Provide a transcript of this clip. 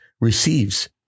receives